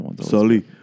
Sully